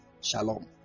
Shalom